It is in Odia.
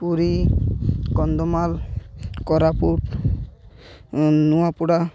ପୁରୀ କନ୍ଧମାଳ କୋରାପୁଟ ନୂଆପଡ଼ା